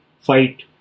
fight